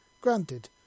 Granted